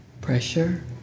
pressure